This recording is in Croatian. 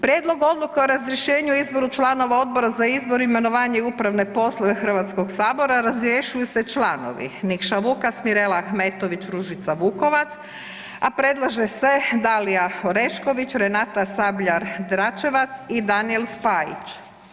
Prijedlog odluke o razrješenju i izboru članova Odbora za izbor, imenovanje i upravne poslove Hrvatskog sabora, razrješuju se članovi Nikša Vukas, Mirela Ahmetović, Ružica Vukovac, a predlaže se Dalija Orešković, Renata Sabljar Dračevac i Danijel Spajić.